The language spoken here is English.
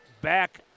back